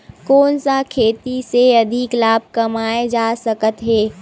कोन सा खेती से अधिक लाभ कमाय जा सकत हे?